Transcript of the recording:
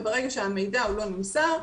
ברגע שהמידע לא נמסר,